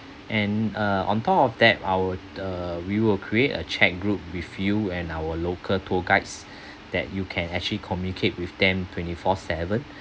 and uh on top of that I would uh we will create a chat group with you and our local tour guides that you can actually communicate with them twenty four seven